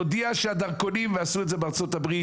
תודיע שהדרכונים ועשו את זה בארה"ב.